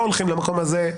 אנחנו לא הולכים למקום הזה.